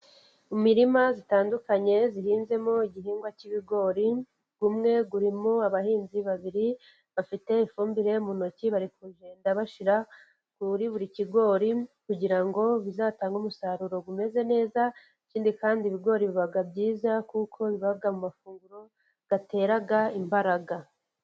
Imirima itandukanye ihinzemo igihingwa cy'ibigori ,umwe urimo abahinzi babiri bafite ifumbire mu ntoki, bari kugenda bashyira muri buri kigori, kugira ngo bizatange umusaruro umeze neza, ikindi kandi ibigori biba byiza, kuko biba mu mafunguro atera imbaraga.